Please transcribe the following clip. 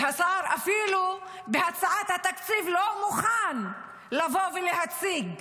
והשר, אפילו בהצעת התקציב, לא מוכן לבוא ולהציג.